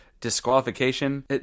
disqualification